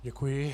Děkuji.